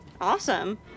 Awesome